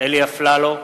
אלי אפללו,